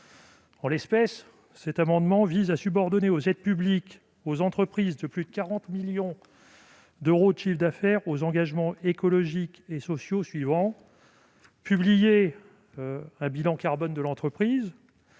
conditions. Cet amendement vise à subordonner les aides publiques aux entreprises de plus de 40 millions d'euros de chiffre d'affaires aux engagements écologiques et sociaux suivants : publier un bilan carbone de l'entreprise